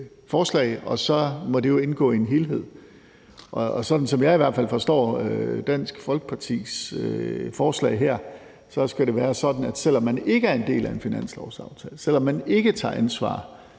forslag, og så må det jo indgå i en helhed. Sådan som jeg i hvert fald forstår Dansk Folkepartis forslag her, skal det være sådan, at selv om man ikke er en del af en finanslovsaftale, og selv om man ikke tager ansvar